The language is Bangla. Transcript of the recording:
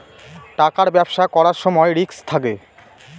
টাকার ব্যবসা করার সময় রিস্ক থাকে